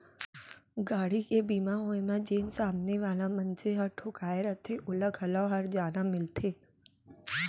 गाड़ी के बीमा होय म जेन सामने वाला मनसे ह ठोंकाय रथे ओला घलौ हरजाना मिलथे